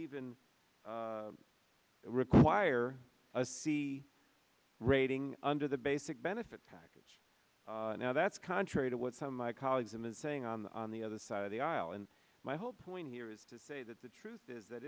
even require a c rating under the basic benefit package now that's contrary to what some my colleagues and saying on the on the other side of the aisle and my whole point here is to say that the truth is that